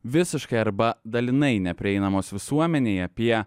visiškai arba dalinai neprieinamos visuomenei apie